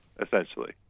essentially